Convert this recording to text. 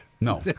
No